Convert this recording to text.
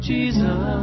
Jesus